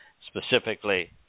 specifically